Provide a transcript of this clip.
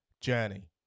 journey